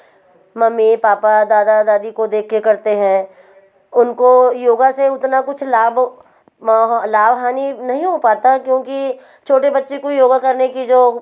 mummy papa दादा दादी को देख कर करते हैं उनको योग से उतना कुछ लाभ माह लाभ हानि नहीं हो पाता क्योंकि छोटे बच्चे को योग करने की जो